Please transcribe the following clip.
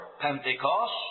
Pentecost